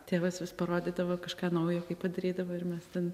tėvas vis parodydavo kažką naujo kaip padarydavo ir mes ten